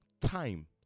time